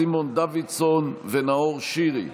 סימון דוידסון ונאור שירי,